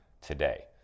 today